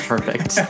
perfect